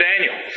Daniel